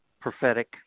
prophetic